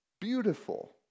beautiful